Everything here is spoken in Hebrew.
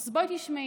אז בואי תשמעי.